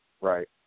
Right